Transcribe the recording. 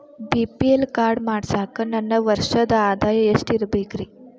BPL card ಮಾಡ್ಸಾಕ ನನ್ನ ವರ್ಷದ್ ಆದಾಯ ಎಷ್ಟ ಇರಬೇಕ್ರಿ?